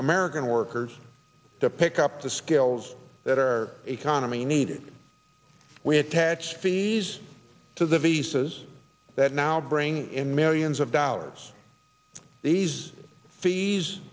american workers to pick up the skills that are a condom i needed we attach fees to the visas that now bring in millions of dollars these fees